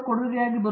professor R